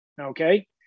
okay